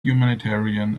humanitarian